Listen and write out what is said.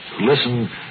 listen